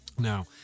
Now